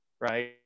right